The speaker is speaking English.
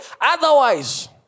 Otherwise